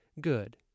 Good